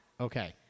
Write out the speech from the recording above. Okay